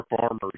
farmers